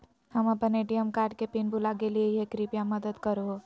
हम अप्पन ATM card के पिन भुला गेलिओ हे कृपया मदद कर हो